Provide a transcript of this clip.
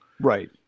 right